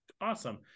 awesome